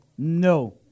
No